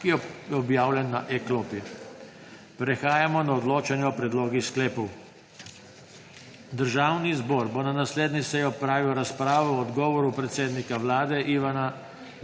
ki je objavljen na e-klopi. Prehajamo na odločanje o predlogih sklepov. Državni zbor bo na naslednji seji opravil razpravo o odgovoru predsednika Vlade Janeza